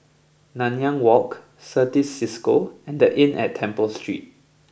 Nanyang Walk Certis Cisco and The Inn at Temple Street